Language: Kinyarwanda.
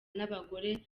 n’abagore